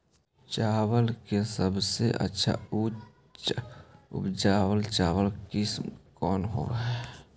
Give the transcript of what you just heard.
चावल के सबसे अच्छा उच्च उपज चावल किस्म कौन होव हई?